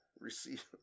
Receive